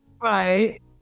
Right